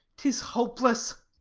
tis hopeless.